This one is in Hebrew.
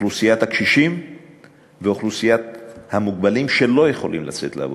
אוכלוסיית הקשישים ואוכלוסיית המוגבלים שלא יכולים לצאת לעבוד,